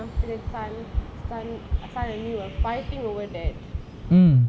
then after that sun and you were fighting over that